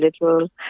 little